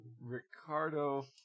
Ricardo